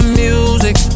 music